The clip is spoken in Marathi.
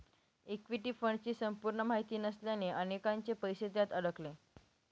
इक्विटी फंडची संपूर्ण माहिती नसल्याने अनेकांचे पैसे त्यात अडकले